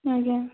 ଆଜ୍ଞା